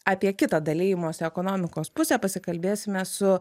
apie kitą dalijimosi ekonomikos pusę pasikalbėsime su